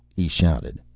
he shouted.